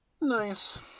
Nice